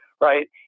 right